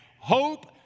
hope